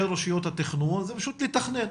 של רשויות התכנון זה פשוט לתכנן,